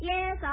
Yes